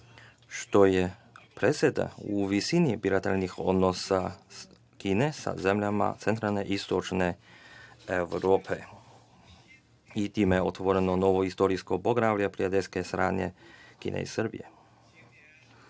što je presedan u visini bilateralnih odnosa Kine sa zemljama centralne i istočne Evrope. Time je otvoreno novo istorijsko poglavlje prijateljske saradnje Kine i Srbije. Ove